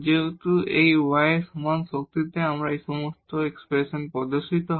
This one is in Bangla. যেহেতু এই y সমান শক্তিতে এই সমস্ত এক্সপ্রেশন প্রদর্শিত হয়